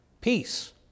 Peace